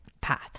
path